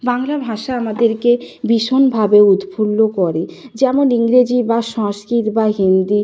বাংলা ভাষা আমাদেরকে ভীষণভাবে উৎফুল্ল করে যেমন ইংরেজি বা সংস্কৃত বা হিন্দি